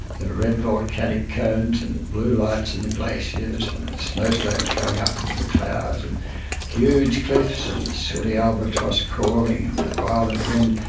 the red volcanic cones and the blue lights in the glaciers and the snow slopes going up into the clouds and huge cliffs, and the sooty albatross calling, and the violent wind.